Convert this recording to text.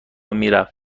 میرفت